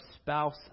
spouse